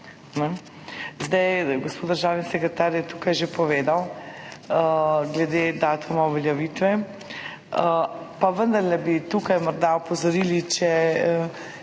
Gospod državni sekretar je že povedal glede datuma uveljavitve, pa vendarle bi tukaj morda opozorili, če